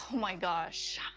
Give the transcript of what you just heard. my gosh.